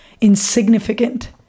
insignificant